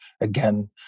again